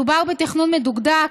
מדובר בתכנון מדוקדק,